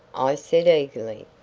i said eagerly.